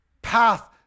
path